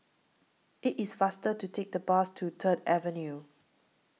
IT IS faster to Take The Bus to Third Avenue